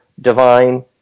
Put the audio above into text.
divine